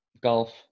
Golf